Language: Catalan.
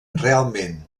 realment